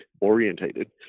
orientated